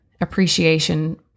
appreciation